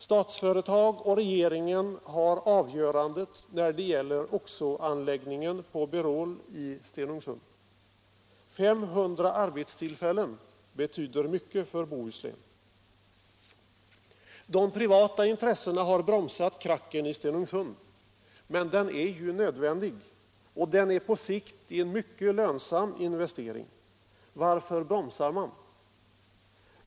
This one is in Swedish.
Statsföretag och regeringen har avgörandet när det gäller OXO-anläggningen på Berol i Stenungsund. 500 arbetstillfällen betyder mycket för Bohuslän. De privata intressena har bromsat krackern i Stenungsund. Men den är nödvändig, och den är på sikt en mycket lönsam investering. Varför bromsar man?